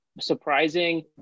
surprising